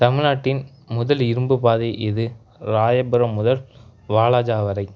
தமிழ்நாட்டின் முதல் இரும்புப் பாதை எது ராயபுரம் முதல் வாலாஜா வரை